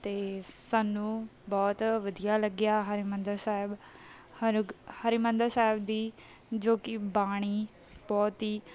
ਅਤੇ ਸਾਨੂੰ ਬਹੁਤ ਵਧੀਆ ਲੱਗਿਆ ਹਰਿਮੰਦਰ ਸਾਹਿਬ ਹਰ ਹਰਿਮੰਦਰ ਸਾਹਿਬ ਦੀ ਜੋ ਕਿ ਬਾਣੀ ਬਹੁਤ ਹੀ